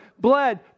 bled